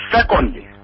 Secondly